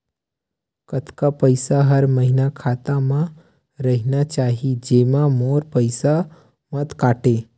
कतका पईसा हर महीना खाता मा रहिना चाही जेमा मोर पईसा मत काटे?